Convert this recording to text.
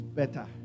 better